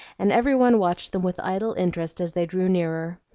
and every one watched them with idle interest as they drew nearer.